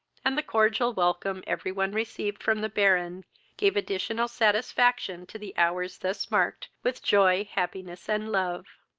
and the cordial welcome every one received from the baron gave additional satisfaction to the hours thus marked with joy, happiness, and love.